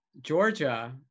Georgia